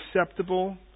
acceptable